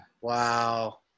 Wow